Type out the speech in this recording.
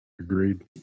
Agreed